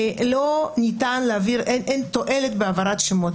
לא ניתן להעביר ואין תועלת בהעברת השמות.